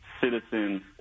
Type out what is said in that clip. citizens